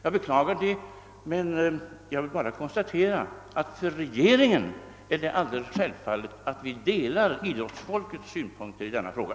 Jag beklagar det och vill bara konstatera att det för regeringen är alldeles självklart att dela idrottsfolkets synpunkter i denna fråga.